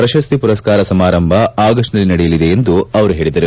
ಪ್ರಶಸ್ತಿ ಪುರಸ್ನಾರ ಸಮಾರಂಭ ಆಗಸ್ಟ್ನಲ್ಲಿ ನಡೆಯಲಿದೆ ಎಂದು ಹೇಳಿದರು